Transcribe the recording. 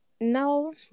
no